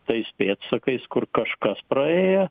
tais pėdsakais kur kažkas praėjo